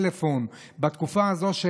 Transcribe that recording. טלפון בתקופה הזאת,